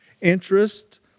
interest